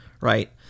right